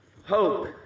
Hope